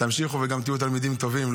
תמשיכו וגם תלמידים טובים,